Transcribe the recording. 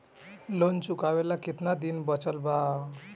Loan चुकावे ला कितना दिन बचल बा?